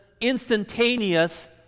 instantaneous